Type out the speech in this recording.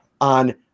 on